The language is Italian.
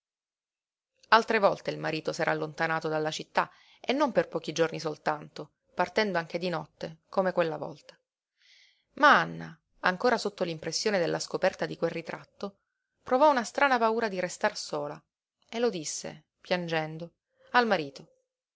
altre volte il marito s'era allontanato dalla città e non per pochi giorni soltanto partendo anche di notte come quella volta ma anna ancora sotto l'impressione della scoperta di quel ritratto provò una strana paura di restar sola e lo disse piangendo al marito